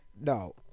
no